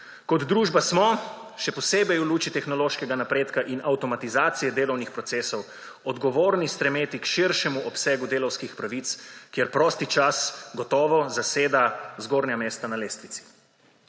Kot družba smo še posebej v luči tehnološkega napredka in avtomatizacije delovnih procesov odgovorni stremeti k širšemu obsegu delavskih pravic, kjer prosti čas gotovo zaseda zgornja mesta na lestvici.